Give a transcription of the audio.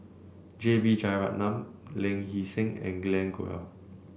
J B Jeyaretnam Ling Hee Seng and Glen Goei